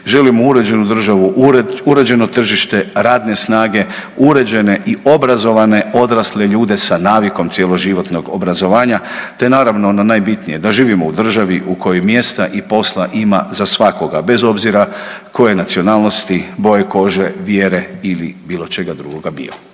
državu, uređeno tržište radne snage, uređene i obrazovane odrasle ljude sa navikom cjeloživotnog obrazovanja te naravno, ono najbitnije, da živimo u državi u kojoj mjesta i posla za svakoga, bez obzira koje nacionalnosti, boje kože, vjere ili bilo čega drugoga bio.